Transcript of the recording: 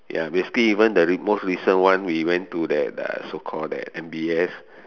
ya basically even the re~ most recent one we went to that uh so called that M_B_S